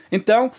Então